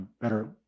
better